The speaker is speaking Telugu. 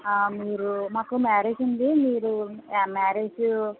మీరు మాకు మ్యారేజ్ ఉంది మీరు మ్యారేజు